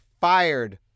fired